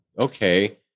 okay